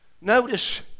Notice